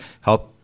help